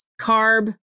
carb